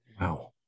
Wow